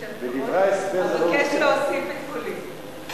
אבקש להוסיף את קולי.